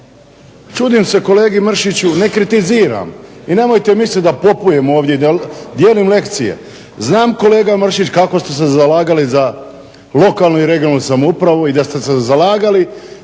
čudim se kolegi Mršiću, ne kritiziram, i nemojte misliti da popujem ovdje i dijelim lekcije, znam kolega Mršić kako ste se zalagali za lokalnu i regionalnu samoupravu i da ste se zalagali